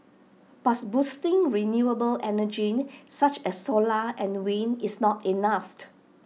but boosting renewable energy such as solar and wind is not